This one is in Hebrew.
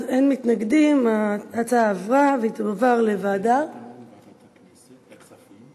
ההצעה להעביר את הצעת חוק מס ערך מוסף (תיקון,